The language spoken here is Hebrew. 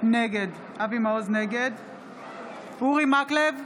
נגד אורי מקלב,